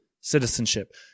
citizenship